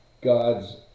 God's